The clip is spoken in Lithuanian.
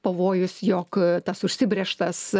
pavojus jog tas užsibrėžtas